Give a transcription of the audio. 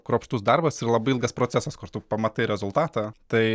kruopštus darbas ir labai ilgas procesas kur tu pamatai rezultatą tai